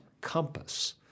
compass